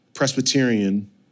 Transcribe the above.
Presbyterian